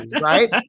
Right